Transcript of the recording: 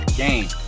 game